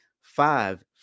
Five